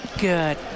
Good